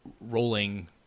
rolling